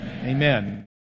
Amen